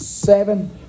Seven